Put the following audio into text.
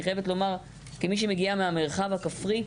אני חייבת לומר כמי שמגיעה מהמרחב הכפרי,